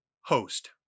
host